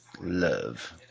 love